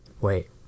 Wait